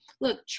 look